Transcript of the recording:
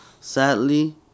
sadly